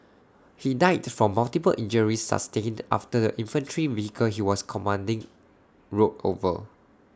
he died from multiple injuries sustained after the infantry vehicle he was commanding rolled over